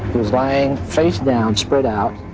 was lying facedown, spread out,